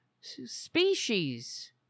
species